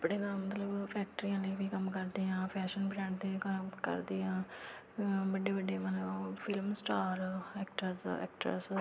ਕੱਪੜੇ ਦਾ ਮਤਲਬ ਫੈਕਟਰੀਆਂ ਲਈ ਵੀ ਕੰਮ ਕਰਦੇ ਹਾਂ ਫੈਸ਼ਨ ਬਰੈਂਡ 'ਤੇ ਕਰ ਕਰਦੇ ਹਾਂ ਵੱਡੇ ਵੱਡੇ ਮਤਲਬ ਫਿਲਮ ਸਟਾਰ ਐਕਟਰਸ ਐਕਟਰਸ